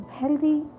healthy